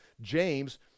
James